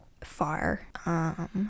far